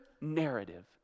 narrative